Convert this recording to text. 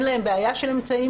אין להם בעיה של אמצעים,